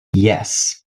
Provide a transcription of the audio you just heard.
yes